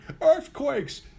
Earthquakes